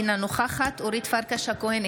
אינה נוכחת אורית פרקש הכהן,